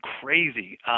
crazy